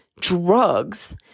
drugs